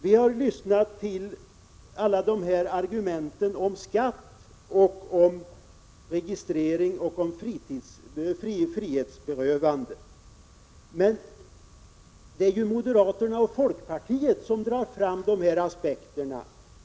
Vi har nu lyssnat till alla argumenten om skatt, registrering och frihetsberövande. Det är ju moderaterna och folkpartiet som tar fram de där aspekterna.